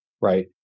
right